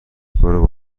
برو